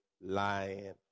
lying